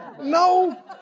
No